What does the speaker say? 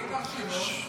מי ברשימות?